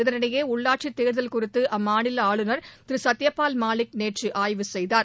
இதனிடையே உள்ளாட்சி தேர்தல் குறித்து அம்மாநில ஆளுநர் சத்தியபால் மாலிக் நேற்று ஆய்வு செய்தார்